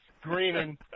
screaming